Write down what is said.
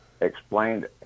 explained